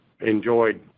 enjoyed